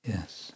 Yes